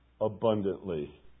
abundantly